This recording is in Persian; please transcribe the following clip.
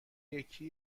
یکی